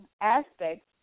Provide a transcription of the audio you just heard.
aspects